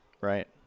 Right